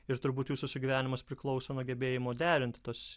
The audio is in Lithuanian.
ir turbūt jūsų sugyvenimas priklauso nuo gebėjimo derinti tuos